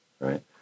right